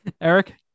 Eric